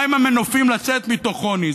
מהם המנופים לצאת מתוך עוני?